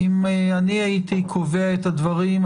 אם אני הייתי קובע את הדברים,